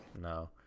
No